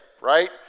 right